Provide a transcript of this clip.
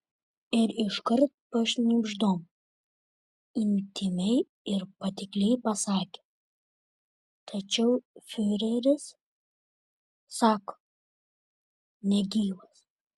ir iškart pašnibždom intymiai ir patikliai pasakė tačiau fiureris sako negyvas